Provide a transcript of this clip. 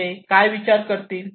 ते काय विचार करतील